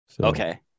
Okay